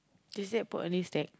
tuesday put on this tag